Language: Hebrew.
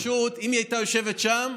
אם היא הייתה יושבת שם,